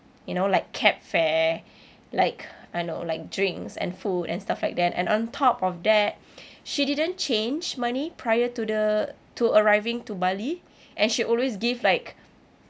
you know like cab fare like I know like drinks and food and stuff like that and on top of that she didn't change money prior to the to arriving to bali and she always give like